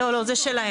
לא, זה שלהם.